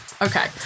Okay